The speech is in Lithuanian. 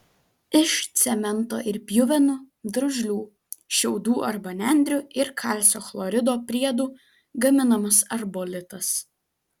iš cemento ir pjuvenų drožlių šiaudų arba nendrių ir kalcio chlorido priedų gaminamas arbolitas